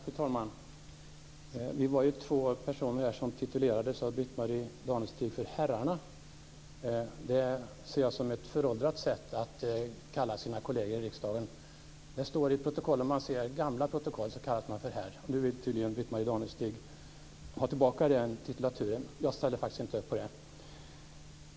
Fru talman! Vi var två personer här som titulerades av Britt-Marie Danestig för herrarna. Det ser jag som ett föråldrat sätt att kalla sina kolleger i riksdagen. I gamla protokollen ser vi att man kallas för herr, och nu vill tydligen Britt-Marie Danestig ha tillbaka den titulaturen. Jag ställer faktiskt inte upp på det.